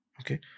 Okay